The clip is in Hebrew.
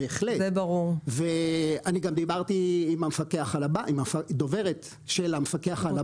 אני גם דיברתי עם הדוברת של המפקח על הבנקים.